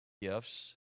gifts